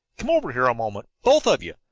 come over here a moment, both of you.